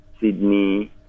Sydney